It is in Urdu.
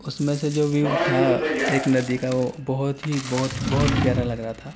اس میں سے جو ویو تھا ایک ندی کا وہ بہت ہی بہت بہت پیارا لگ رہا تھا